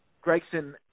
Gregson